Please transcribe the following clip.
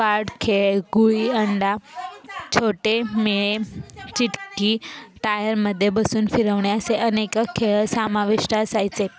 पाठ खेळ गुळी अंडा छोटे मे चिटकी टायरमध्ये बसून फिरवणे असे अनेक खेळ सामाविष्ट असायचे